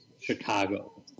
Chicago